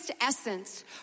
essence